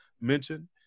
mentioned